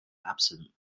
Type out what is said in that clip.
absent